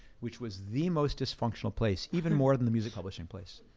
which was the most dysfunctional place, even more than the music publishing place.